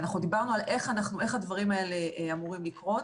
אנחנו דיברנו על איך הדברים האלה אמורים לקרות.